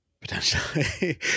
potentially